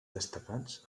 destacats